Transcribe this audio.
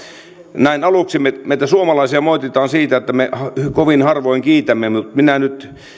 näin aluksi meitä suomalaisia moititaan siitä että me kovin harvoin kiitämme mutta minä nyt